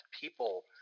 People